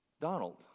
Donald